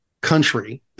country